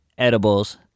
edibles